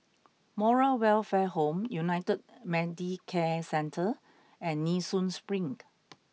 Moral Welfare Home United Medicare Centre and Nee Soon Spring